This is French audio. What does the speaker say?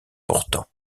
pourtant